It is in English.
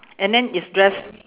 and then its dress